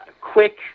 quick